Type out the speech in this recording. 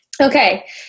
Okay